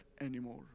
anymore